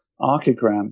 archigram